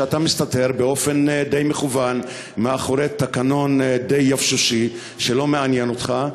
שאתה מסתתר באופן די מכוון מאחורי תקנון די יבשושי שלא מעניין אותך,